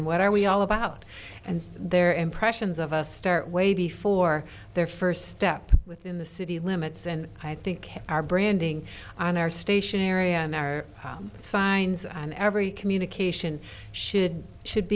and what are we all about and their impressions of us start way before their first step within the city limits and i think our branding on our stationery and our signs on every communication should should